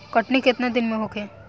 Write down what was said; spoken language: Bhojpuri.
कटनी केतना दिन में होखे?